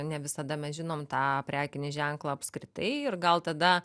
ne visada mes žinom tą prekinį ženklą apskritai ir gal tada